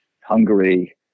Hungary